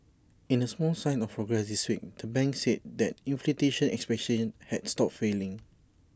in A small sign of progress this week the bank said that inflation expectations had stopped falling